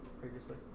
previously